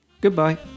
Goodbye